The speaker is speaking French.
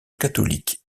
catholique